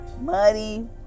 money